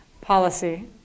policy